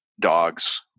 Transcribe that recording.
dogs